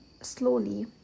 slowly